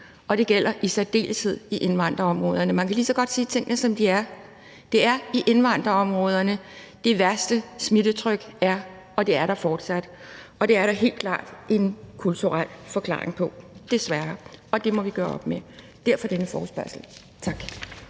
og det gælder i særdeleshed i indvandrerområderne. Man kan lige så godt sige tingene, som de er. Det er i indvandrerområderne, det værste smittetryk er, og det er der fortsat. Det er der helt klart en kulturel forklaring på, desværre, og det må vi gøre op med. Derfor denne forespørgsel. Tak.